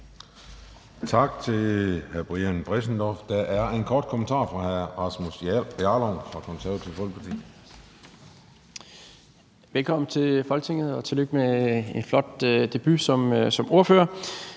Tak til hr. Brian Bressendorff. Der er en kort bemærkning fra hr. Rasmus Jarlov. Kl. 13:51 Rasmus Jarlov (KF): Velkommen til Folketinget, og tillykke med en flot debut som ordfører.